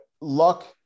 luck